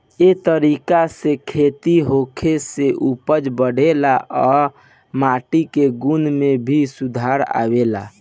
ए तरीका से खेती होखे से उपज बढ़ेला आ माटी के गुण में भी सुधार आवेला